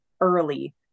early